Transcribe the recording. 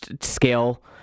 scale